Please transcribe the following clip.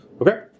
Okay